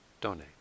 donate